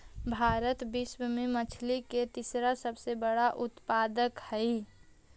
भारत विश्व में मछली के तीसरा सबसे बड़ा उत्पादक हई